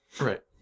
right